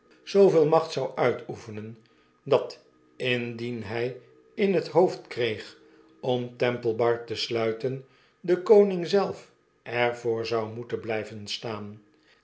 zooveel macht zou uitoefenen dat indien hij in het hoofd kreeg om temple bar te sluiten de koning zelf er voor zou moeten blyven staan